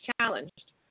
challenged